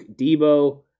Debo